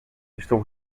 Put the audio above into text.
estão